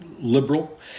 liberal